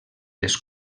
les